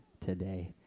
today